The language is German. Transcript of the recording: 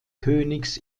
königs